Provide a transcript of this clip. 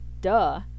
duh